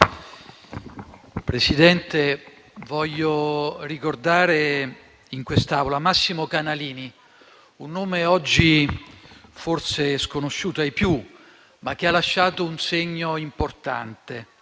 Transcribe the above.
Presidente, voglio ricordare in quest'Aula Massimo Canalini, un nome oggi forse sconosciuto ai più, ma che ha lasciato un segno importante.